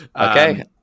okay